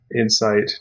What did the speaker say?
insight